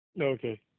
Okay